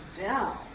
down